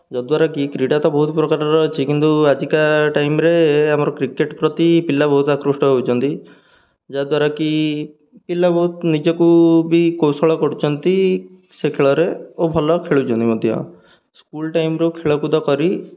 ଯଦ୍ୱାରାକି କ୍ରୀଡ଼ା ତ ବହୁତ ପ୍ରକାରର ଅଛି କିନ୍ତୁ ଆଜିକା ଟାଇମ୍ରେ ଆମର କ୍ରିକେଟ୍ ପ୍ରତି ପିଲା ବହୁତ ଆକୃଷ୍ଟ ହେଉଛନ୍ତି ଯାହା ଦ୍ୱାରାକିି ପିଲା ବହୁତ ନିଜକୁ ବି କୌଶଳ କରୁଛନ୍ତି ସେ ଖେଳରେ ଓ ଭଲ ଖେଳୁଛନ୍ତି ମଧ୍ୟ ସ୍କୁଲ୍ ଟାଇମ୍ରୁ ଖେଳକୁଦ କରି